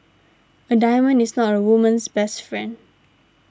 a diamond is not a woman's best friend